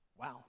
Wow